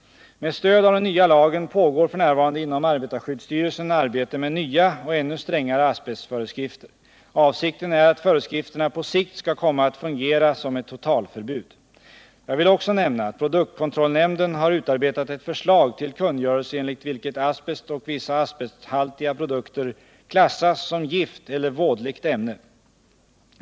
Med stöd av den nya lagen pågår f.n. inom arbetarskyddsstyrelsen arbete med nya och ännu strängare asbestföreskrifter. Avsikten är att föreskrifterna på sikt skall komma att fungera som ett totalförbud. Jag vill också nämna att produktkontrollnämnden har utarbetat ett förslag till kungörelse, enligt vilket asbest och vissa asbesthaltiga produkter klassas som gift eller vådligt ämne.